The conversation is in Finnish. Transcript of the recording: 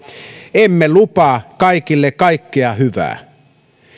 emme lupaa kaikille kaikkea hyvää